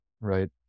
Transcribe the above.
right